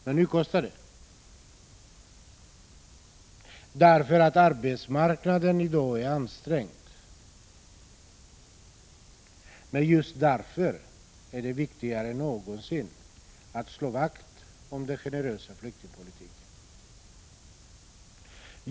Men nu kostar det, därför att arbetsmarknaden i dag är ansträngd. Just därför är det viktigare än någonsin att slå vakt om den generösa flyktingpolitiken.